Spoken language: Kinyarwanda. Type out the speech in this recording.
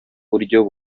buryo